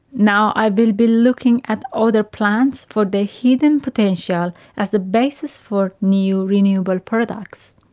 now i will be looking at other plants for their hidden potential as the basis for new renewable products.